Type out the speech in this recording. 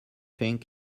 think